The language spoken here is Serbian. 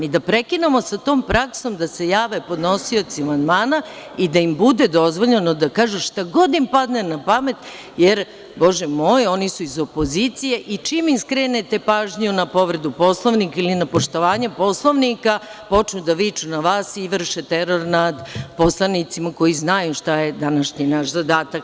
I, da prekinemo sa tom praksom da se jave podnosioci amandmana i da im bude dozvoljeno da kažu šta god ima padne na pamet jer, bože moj, oni su iz opozicije, i čim im skrenete pažnju na povredu Poslovnika ili na poštovanje Poslovnika, počnu da viču na vas i vrše teror nad poslanicima koji znaju šta je današnji naš zadatak.